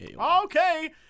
Okay